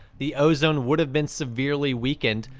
the ozone would have been severely weakened,